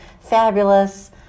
fabulous